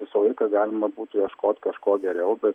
visą laiką galima būtų ieškot kažko geriau be